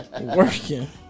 working